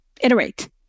iterate